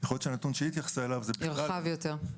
יכול להיות שהנתון שהיא התייחסה אליו רחב יותר.